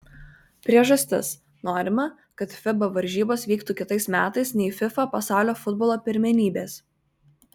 priežastis norima kad fiba varžybos vyktų kitais metais nei fifa pasaulio futbolo pirmenybės